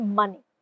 money